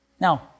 Now